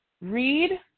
read